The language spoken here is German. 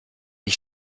ich